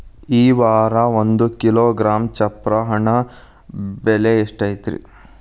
ಈ ವಾರ ಒಂದು ಕಿಲೋಗ್ರಾಂ ಚಪ್ರ ಹಣ್ಣ ಬೆಲೆ ಎಷ್ಟು ಐತಿ?